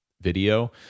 video